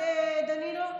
דנינו?